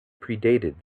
predated